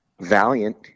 Valiant